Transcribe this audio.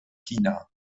china